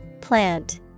Plant